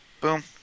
Boom